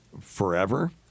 forever